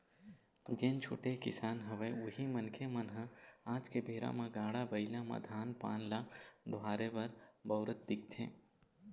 जेन छोटे किसान हवय उही मनखे मन ह आज के बेरा म गाड़ा बइला म धान पान ल डोहारे बर बउरत दिखथे